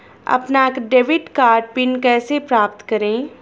अपना debit card PIN कैसे प्राप्त करें?